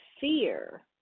fear